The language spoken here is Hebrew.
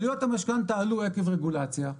עלויות המשכנתא עלו עקב רגולציה,